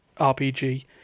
RPG